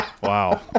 wow